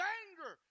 anger